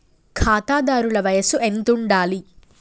ఖాతాదారుల వయసు ఎంతుండాలి?